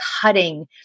cutting